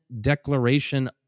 declaration